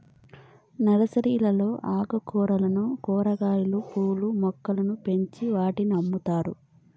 నర్సరీలలో ఆకుకూరలను, కూరగాయలు, పూల మొక్కలను పండించి వాటిని అమ్ముతారు